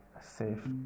safe